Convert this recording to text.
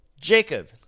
Jacob